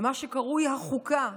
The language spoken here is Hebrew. במה שקרוי "החוקה",